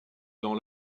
dans